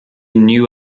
new